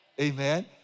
Amen